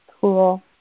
Cool